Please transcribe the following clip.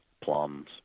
plums